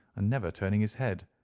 and never turning his head.